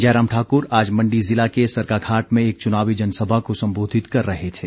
जयराम ठाकर आज मण्डी जिला के सरकाघाट में एक चुनावी जनसभा को संबोधित कर रहे थे